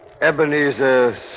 Ebenezer